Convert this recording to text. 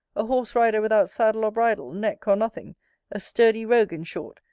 a horse-rider without saddle or bridle, neck or nothing a sturdy rogue, in short,